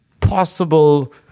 possible